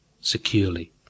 securely